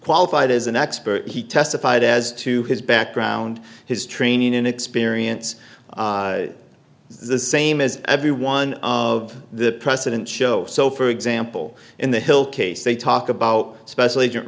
qualified as an expert he testified as to his background his training and experience is the same as every one of the president shows so for example in the hill case they talk about special agent